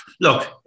Look